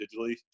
digitally